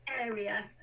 area